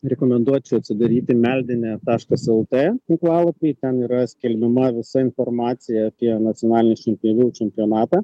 rekomenduočiau atsidaryti meldinė taškas lt tinklalapį ten yra skelbiama visa informacija apie nacionalinį šienpjovių čempionatą